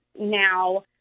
now